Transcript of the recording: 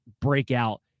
breakout